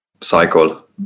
cycle